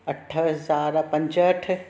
अठ हज़ार पंजहठ